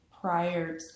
prior